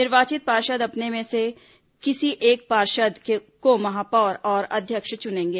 निर्वाचित पार्षद अपने में से किसी एक पार्षद को महापौर और अध्यक्ष चुनेंगे